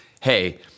hey